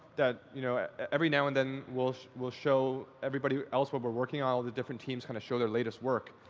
you know every now and then, we'll show we'll show everybody else what we're working on. the different teams kind of show their latest work.